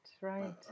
right